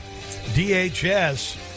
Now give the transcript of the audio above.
DHS